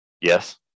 Yes